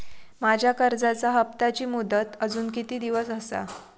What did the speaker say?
माझ्या कर्जाचा हप्ताची मुदत अजून किती दिवस असा?